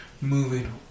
moving